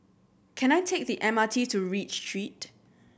can I take the M R T to Read Street